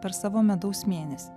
per savo medaus mėnesį